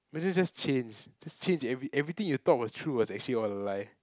basically just change just change every everything you thought was true was actually all a lie